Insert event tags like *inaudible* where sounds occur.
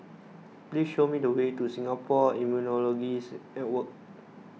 please show me the way to Singapore Immunology *unintelligible* Network